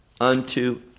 unto